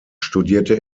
studierte